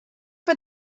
for